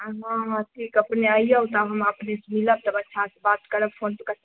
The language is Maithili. आब अहाँ ठीक अपने आइयौ हम अपने सँ मिलब तब अच्छा से बात करब फोन पे